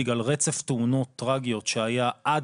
בגלל רצף תאונות טרגיות שהיה עד